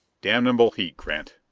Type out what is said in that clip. damnable heat, grant.